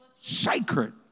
sacred